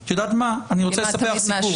את יודעת מה, אני רוצה לספר לך סיפור.